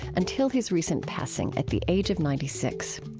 until his recent passing at the age of ninety six.